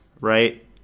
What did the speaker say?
right